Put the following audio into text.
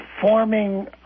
forming